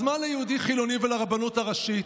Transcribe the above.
אז מה ליהודי חילוני ולרבנות הראשית?